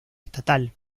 estatal